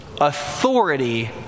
Authority